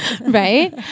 Right